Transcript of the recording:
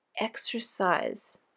Exercise